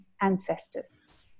ancestors